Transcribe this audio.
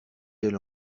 elle